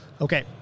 Okay